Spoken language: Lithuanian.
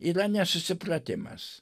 yra nesusipratimas